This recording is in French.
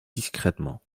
discrètement